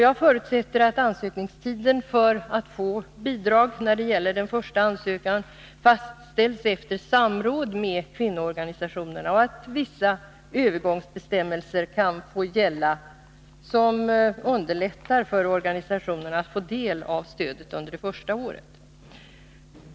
Jag förutsätter att ansökningstiden för att få bidrag när det gäller den första ansökan fastställs efter samråd med kvinnoorganisationerna och att vissa övergångsbestämmelser kan få gälla som underlättar för organisationerna att få del av stödet under det första året.